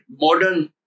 modern